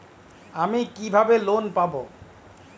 আমি কিভাবে লোন পাব?